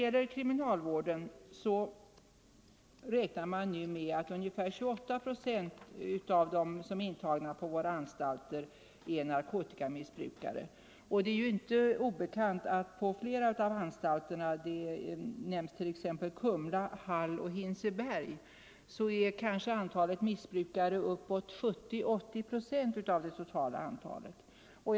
Inom kriminalvården räknar man nu med att ungefär 28 procent av de intagna på våra anstalter är narkotikamissbrukare. Det är inte obekant att på flera av dessa anstalter — t.ex. Kumla, Hall och Hinseberg — är kanske antalet missbrukare upp emot 70-80 procent av det totala antalet intagna.